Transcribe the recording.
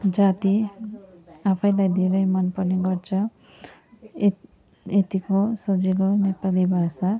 जाति आफैँलाई धेरै मन पर्ने गर्छ यत यतिको सजिलो नेपाली भाषा